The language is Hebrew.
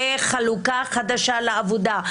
בחלוקה חדשה לעבודה,